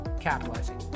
capitalizing